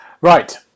Right